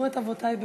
מסורת אבותי בידי.